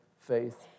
faith